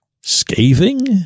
scathing